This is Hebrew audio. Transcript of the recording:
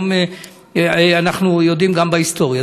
אנחנו יודעים גם בהיסטוריה.